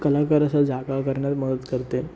कलाकार असा जागा करण्यात मदत करते